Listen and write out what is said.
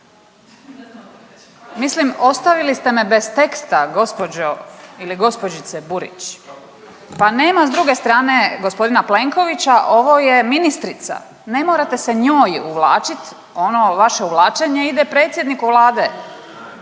Mislim ostavili ste me bez teksta gospođo ili gospođice Burić. Pa nema s druge strane gospodina Plenkovića. Ovo je ministrica, ne morate se njoj uvlačit. Ono vaše uvlačenje ide predsjedniku Vlade.